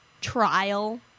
trial